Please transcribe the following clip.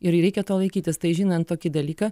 ir reikia to laikytis tai žinant tokį dalyką